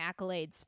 accolades